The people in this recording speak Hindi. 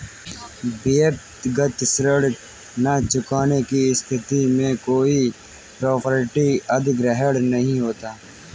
व्यक्तिगत ऋण न चुकाने की स्थिति में कोई प्रॉपर्टी अधिग्रहण नहीं होता